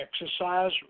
Exercise